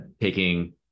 taking